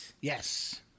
Yes